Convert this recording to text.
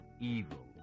evil